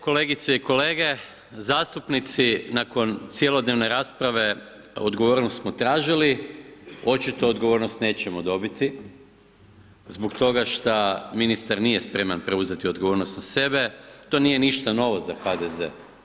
Kolegice i kolege zastupnici, nakon cjelodnevne rasprave, odgovornost smo tražili, očito odgovornost nećemo dobiti zbog toga šta ministar nije spreman preuzeti odgovornost na sebe, to nije ništa novo za HDZ.